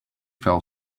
fell